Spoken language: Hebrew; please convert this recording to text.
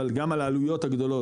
אבל גם על העלויות הגדולות,